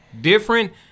different